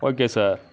okay sir